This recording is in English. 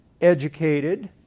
educated